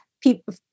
people